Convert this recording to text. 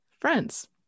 friends